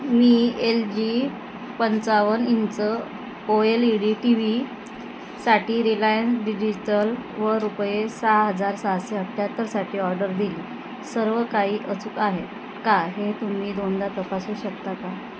मी L G पंचावन्न inch O L E D T V साठी Reliance digital व रुपये सहा हजार सहाशे अठ्याहत्तरसाठी ऑर्डर दिली सर्व काही अचूक आहे का हे तुम्ही दोनदा तपासू शकता का